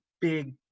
big